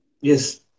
Yes